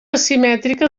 asimètrica